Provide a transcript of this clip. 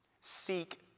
Seek